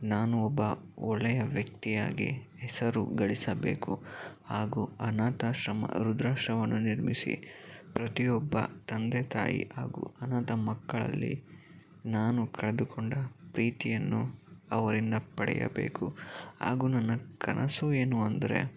ನಾನು ಒಬ್ಬ ಒಳ್ಳೆಯ ವ್ಯಕ್ತಿ ಆಗಿ ಹೆಸರು ಗಳಿಸಬೇಕು ಹಾಗೂ ಅನಾಥಾಶ್ರಮ ವೃದ್ದಾಶ್ರಮ ನಿರ್ಮಿಸಿ ಪ್ರತಿಯೊಬ್ಬ ತಂದೆ ತಾಯಿ ಹಾಗೂ ಅನಾಥ ಮಕ್ಕಳಲ್ಲಿ ನಾನು ಕಳೆದುಕೊಂಡ ಪ್ರೀತಿಯನ್ನು ಅವರಿಂದ ಪಡೆಯಬೇಕು ಹಾಗೂ ನನ್ನ ಕನಸು ಏನು ಅಂದರೆ